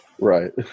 right